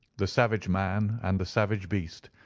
the savage man, and the savage beast,